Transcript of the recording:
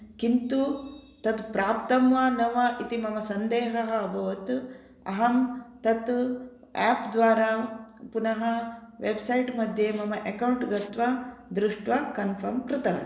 किन्तु तत् प्राप्तं वा न वा इति मम सन्देहः अभवत् अहं तत् आप् द्वारा पुनः वेब्सैट् मध्ये मम एकौन्ट् गत्वा दृष्ट्वा कन्फर्म् कृतवती